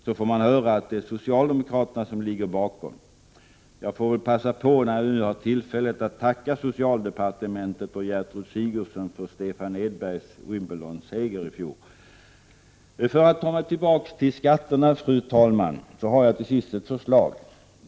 Så får man höra att det är socialdemokraterna som ligger bakom. Jag får väl passa på att tacka socialdepartementet och Gertrud Sigurdsen för Stefan Edbergs Wimbledonseger. För att ta mig tillbaka till skatterna, fru talman, har jag till sist ett förslag.